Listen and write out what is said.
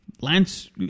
Lance